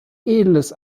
edles